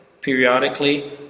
periodically